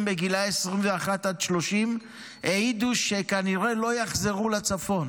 בגיל 21 עד 30 העידו שכנראה לא יחזרו לצפון.